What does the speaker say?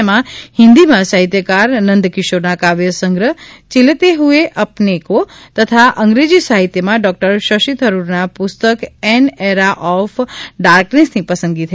તેમાં હિન્દીમાં સાહિત્યકાર નંદકિશોરના કાવ્યસંગ્રહ ચિલતે હ્યે અપને કો તથા અંગ્રેજી સાહિત્યમાં ડોકટર શશી થરૂરના પુસ્તક એન એરા ઓફ ડાર્કનેસની પસંદગી થઇ છે